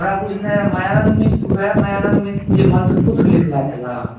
हमरा बुझने मायानन्द मिश्र वा मायानन्द मिश्र जे मन्त्रपुत्र लिखने छलाह